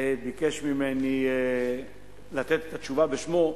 ביקש ממני לתת את התשובה בשמו,